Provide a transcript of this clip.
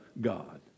God